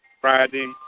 Friday